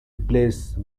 replace